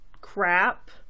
crap